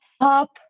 up